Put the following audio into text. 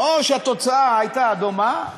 או שהתוצאה הייתה דומה,